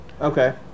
okay